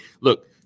look